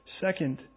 Second